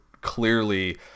clearly